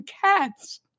cats